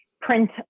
print